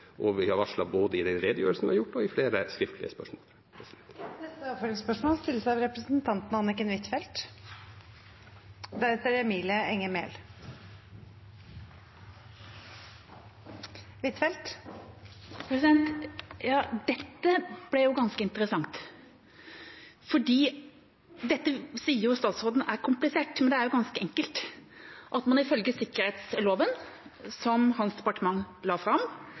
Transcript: og det har vi varslet både i den redegjørelsen vi har holdt, og i flere skriftlige spørsmål. Anniken Huitfeldt – til oppfølgingsspørsmål. Dette ble jo ganske interessant. Dette sier statsråden er komplisert, men det er ganske enkelt. Ifølge sikkerhetsloven, som hans departement la fram,